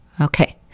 Okay